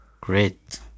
Great